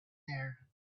there